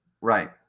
Right